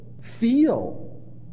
feel